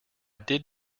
did